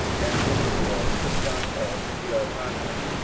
and ishmael the son of jehohanan,